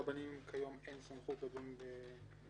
הרבניים כיום אין סמכות לדון בבוררות.